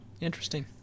interesting